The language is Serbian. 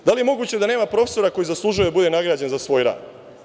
Da li je moguće da nema profesora koji zaslužuje da bude nagrađen za svoj rad?